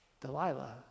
Delilah